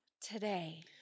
Today